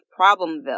Problemville